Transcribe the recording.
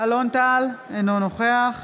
אלון טל, אינו נוכח